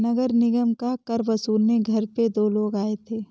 नगर निगम का कर वसूलने घर पे दो लोग आए थे